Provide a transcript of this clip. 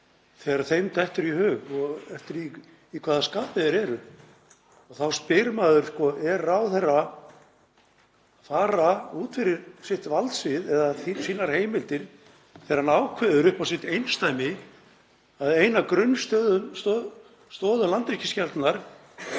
þegar þeim dettur í hug og eftir því í hvaða skapi þeir eru. Þá spyr maður: Er ráðherra að fara út fyrir sitt valdsvið eða sínar heimildir þegar hann ákveður upp á sitt einsdæmi að einni af grunnstoðum Landhelgisgæslunnar